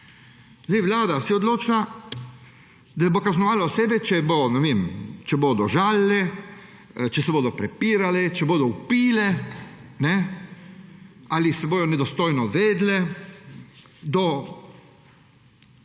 Vlada se je odločila, da bo kaznovala osebe, ne vem, če bodo žalile, če se bodo prepirale, če bodo vpile ali se bojo nedostojno vedle do uradne